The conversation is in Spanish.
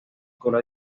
cola